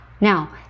Now